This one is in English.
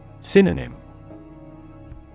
Synonym